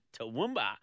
Toowoomba